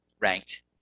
ranked